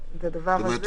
הדבר הזה?